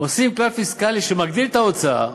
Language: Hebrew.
עושים כלל פיסקלי שמגדיל את ההוצאה.